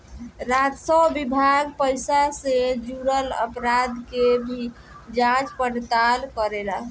राजस्व विभाग पइसा से जुरल अपराध के भी जांच पड़ताल करेला